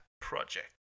project